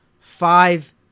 five